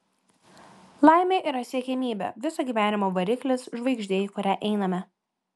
laimė yra siekiamybė viso gyvenimo variklis žvaigždė į kurią einame